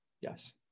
yes